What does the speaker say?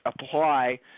apply